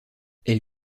elle